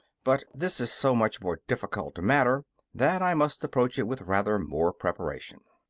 but this is so much more difficult a matter that i must approach it with rather more preparation.